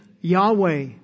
Yahweh